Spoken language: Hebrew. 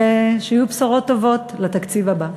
ושיהיו בשורות טובות לתקציב הבא.